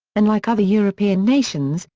unlike other european nations,